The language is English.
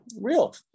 real